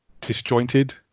disjointed